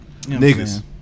Niggas